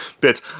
bits